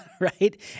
right